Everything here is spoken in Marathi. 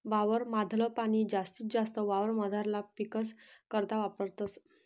वावर माधल पाणी जास्तीत जास्त वावरमझारला पीकस करता वापरतस